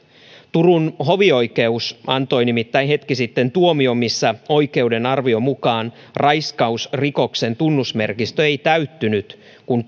turun hovioikeus antoi nimittäin hetki sitten tuomion missä oikeuden arvion mukaan raiskausrikoksen tunnusmerkistö ei täyttynyt kun